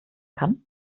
kann